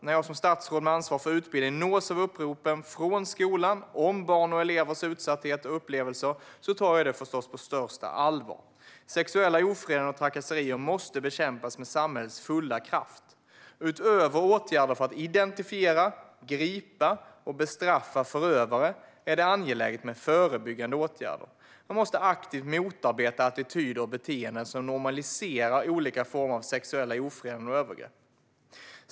När jag som statsråd med ansvar för utbildning nås av uppropen från skolan, om barns och elevers utsatthet och upplevelser, tar jag det förstås på största allvar. Sexuella ofredanden och trakasserier måste bekämpas med samhällets fulla kraft. Utöver åtgärder för att identifiera, gripa och bestraffa förövare är det angeläget med förebyggande åtgärder. Man måste aktivt motarbeta attityder och beteenden som normaliserar olika former av sexuella ofredanden och övergrepp.